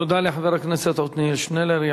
תודה לחבר הכנסת עתניאל שנלר.